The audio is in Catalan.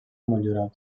motllurat